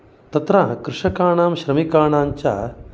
तत्र कृषकाणां श्रमिकाणां च